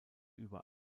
über